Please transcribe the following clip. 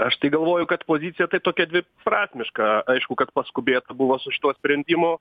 aš tai galvoju kad pozicija tai tokia dviprasmiška aišku kad paskubėta buvo su šituo sprendimu